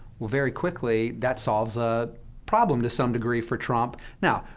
well, very quickly, that solves a problem, to some degree, for trump. now,